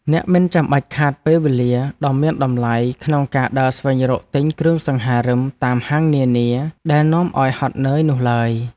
អ្នកមិនចាំបាច់ខាតពេលវេលាដ៏មានតម្លៃក្នុងការដើរស្វែងរកទិញគ្រឿងសង្ហារិមតាមហាងនានាដែលនាំឱ្យហត់នឿយនោះឡើយ។